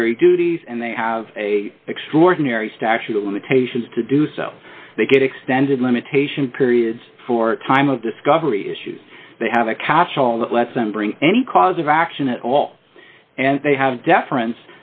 jury duties and they have a extraordinary statute of limitations to do so they get extended limitation periods for time of discovery issues they have a catch all that lets them bring any cause of action at all and they have deference